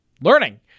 learning